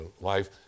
life